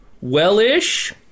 well-ish